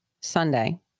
Sunday